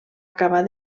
acabar